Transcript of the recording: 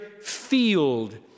field